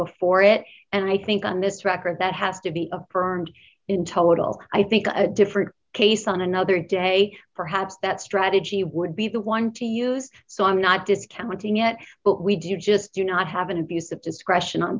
before it and i think on this record that has to be a permed in total i think a different case on another day perhaps that strategy would be the one to use so i'm not discounting yet but we do you just do not have an abuse of discretion on